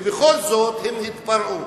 ובכל זאת הם התפרעו.